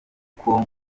y’uko